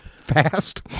fast